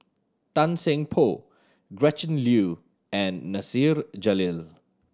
Tan Seng Poh Gretchen Liu and Nasir Jalil